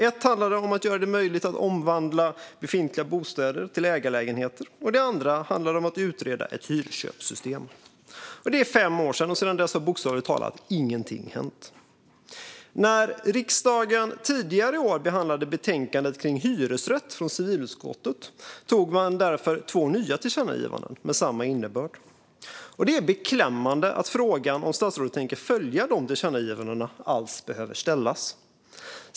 Det ena handlade om att göra det möjligt att omvandla befintliga bostäder till ägarlägenheter. Det andra handlade om att utreda ett hyrköpssystem. Det skedde för fem år sedan. Sedan dess har bokstavligt talat ingenting hänt. När riksdagen tidigare i år behandlade betänkandet om hyresrätt från civilutskottet antog man därför två nya tillkännagivanden med samma innebörd. Det är beklämmande att frågan om statsrådet tänker följa de tillkännagivandena alls behöver ställas.